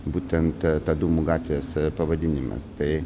būtent ta dūmų gatvės pavadinimas tai